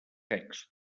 secs